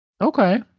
Okay